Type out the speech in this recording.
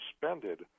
suspended